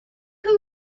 who